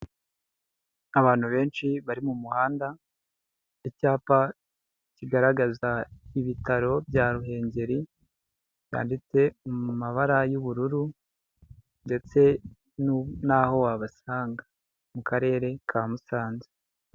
Abantu benshi bari mu muhanda icyapa kigaragaza ibitaro bya Ruhengeri byanditse mu mabara y'ubururu ndetse naho wabasanga mu karere ka Musanze.